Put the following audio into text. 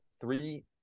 three